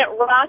rock